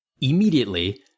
immediately